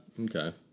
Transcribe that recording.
Okay